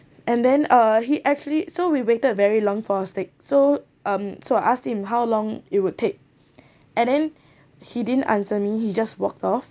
and then uh he actually so we waited very long for the steak so um so I asked him how long it would take and then he didn't answer me he just walk off